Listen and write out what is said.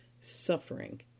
suffering